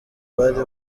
bari